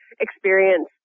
experience